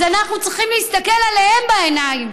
אז אנחנו צריכים להסתכל להם בעיניים,